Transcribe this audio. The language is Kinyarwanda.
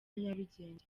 nyarugenge